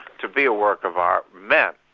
to be a work of art meant,